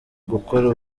gukora